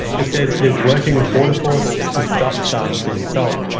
it says it is working with border force to stop sarms being sold.